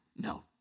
No